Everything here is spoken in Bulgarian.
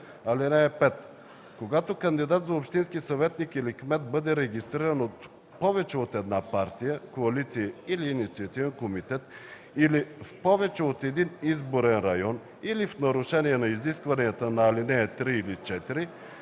(5) Когато кандидат за общински съветник или кмет бъде регистриран от повече от една партия, коалиция или инициативен комитет или в повече от един изборен район или в нарушение на изискванията на ал. 3 или 4,